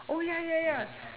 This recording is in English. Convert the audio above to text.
oh ya ya ya